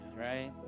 right